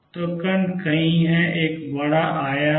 तो कण कहीं है एक बड़ा आयाम है